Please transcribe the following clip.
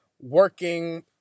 working